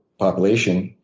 population.